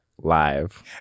live